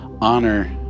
honor